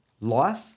life